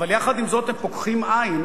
אבל יחד עם זאת הם פוקחים עין,